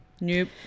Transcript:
Nope